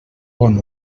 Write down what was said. bon